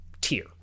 tier